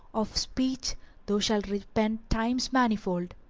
of speech thou shalt repent times manifold.